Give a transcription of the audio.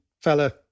Fella